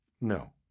No